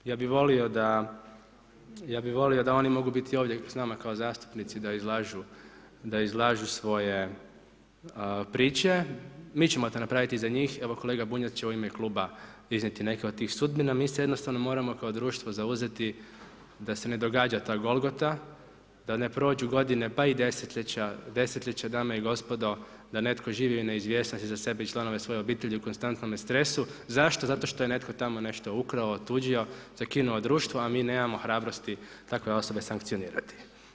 Ja bi volio da oni mogu biti ovdje s nama kao zastupnici da izlažu svoje priče, mi ćemo to napraviti za njih, evo kolega Bunjac će u ime kluba iznijeti neke od tih sudbina, mi se jednostavno moramo kao društvo zauzeti da se ne događa ta golgota, da ne prođu godine, pa i desetljeća dame i gospodo, da netko živi u neizvjesnosti za sebe i članove svoje obitelji u konstantnome stresu, zašto, zato što je netko tamo nešto ukrao, otuđio, zakinuo društvo a mi nemamo hrabrosti takve osobe sankcionirati.